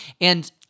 and-